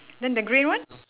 then the green one